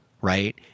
Right